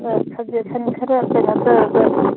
ꯈꯔ ꯁꯖꯦꯁꯟ ꯈꯔ ꯀꯩꯅꯣ ꯇꯧꯔꯒ